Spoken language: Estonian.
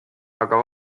aga